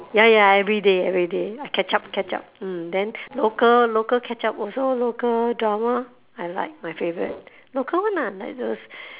ya ya everyday everyday I catch up catch up catch up mm then local local catch up also local drama I like my favourite local [one] lah like the